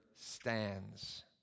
stands